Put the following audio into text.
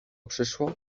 przyszło